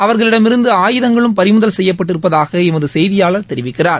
அவர்களிடமிருந்து ஆயுதங்களும் பறிமுதல் செய்யப்பட்டிருப்பதாக எமது செய்தியாளர் தெரிவிக்கிறார்